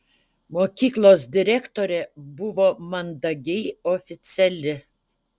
mokyklos direktorė buvo mandagiai oficiali